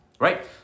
Right